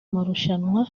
marushanwa